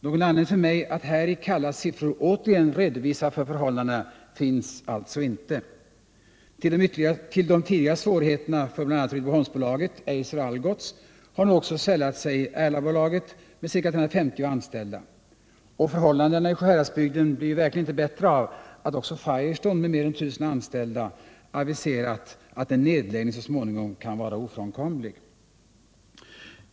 Någon anledning för mig att här i kalla siffror återigen redovisa förhållandena finns alltså inte. Till de tidigare svårigheterna för bl.a. Rydboholmsbolaget, Eiser och Algots har nu också sällat sig Erlabolaget med ca 350 anställda. Och förhållandena i Sjuhäradsbygden blir verkligen inte bättre av att också Firestone med mer än 1 000 anställda enligt uppgift aviserat att en nedläggning så småningom kan vara ofrånkomlig.